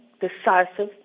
decisive